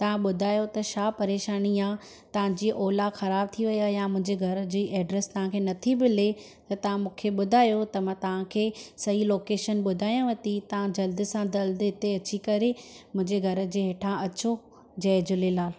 तव्हां ॿुधायो त छा परेशानी आहे तव्हांजी ओला ख़राब थी वई आहे या मुंहिंजे घर जी एड्रेस तव्हांखे नथी मिले त तव्हां मूंखे ॿुधायो त मां तव्हांखे सही लोकेशन ॿुधायांवती तव्हां जल्दि सां जल्दि हिते अची करे मुंहिंजे घर जे हेठां अचो जय झूलेलाल